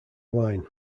line